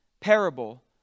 parable